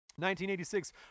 1986